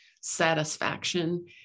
satisfaction